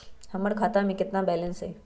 हमर खाता में केतना बैलेंस हई?